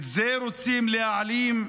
את זה רוצים להעלים?